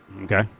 Okay